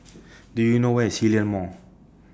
Do YOU know Where IS Hillion Mall